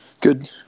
Good